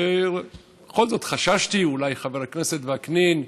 בכל זאת חששתי שאולי חבר הכנסת וקנין ייפגע,